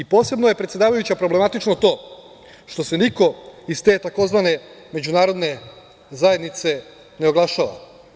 Posebno je predsedavajuća problematično to što se niko iz te tzv. međunarodne zajednice ne oglašava.